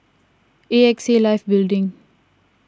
A X A Life Building